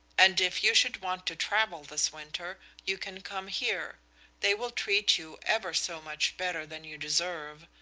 and if you should want to travel this winter you can come here they will treat you ever so much better than you deserve.